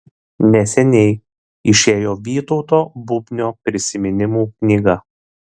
neseniai išėjo vytauto bubnio prisiminimų knyga